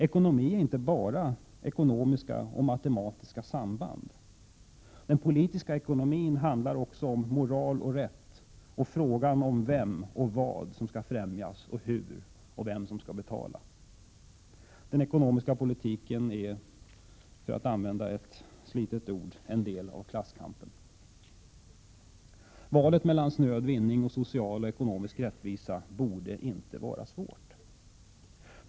Ekonomi är inte bara ekonomiska och matematiska samband. Den politiska ekonomin handlar också om moral och rätt, om vem och vad som skall främjas, och vem som skall betala. Den ekonomiska politiken är, för att använda ett slitet ord, en del av klasskampen. Valet mellan snöd vinning och social och ekonomisk rättvisa borde inte vara svårt.